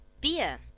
Beer